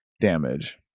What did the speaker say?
damage